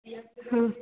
ହଁ